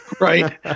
Right